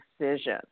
decision